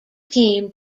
team